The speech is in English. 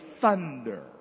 thunder